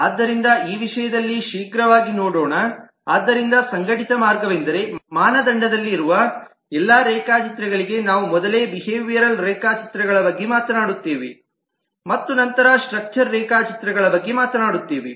ಆದ್ದರಿಂದ ಈ ವಿಷಯದಲ್ಲಿ ಶೀಘ್ರವಾಗಿ ನೋಡೋಣ ಆದ್ದರಿಂದ ಸಂಘಟಿತ ಮಾರ್ಗವೆಂದರೆ ಮಾನದಂಡದಲ್ಲಿ ಇರುವ ಎಲ್ಲಾ ರೇಖಾಚಿತ್ರಗಳಿಗೆ ನಾವು ಮೊದಲು ಬಿಹೇವಿಯರಲ್ ರೇಖಾಚಿತ್ರಗಳ ಬಗ್ಗೆ ಮಾತನಾಡುತ್ತೇವೆ ಮತ್ತು ನಂತರ ಸ್ಟ್ರಕ್ಚರ್ ರೇಖಾಚಿತ್ರಗಳ ಬಗ್ಗೆ ಮಾತನಾಡುತ್ತೇವೆ